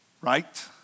Right